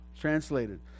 translated